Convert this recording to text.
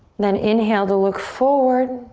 then inhale to look forward.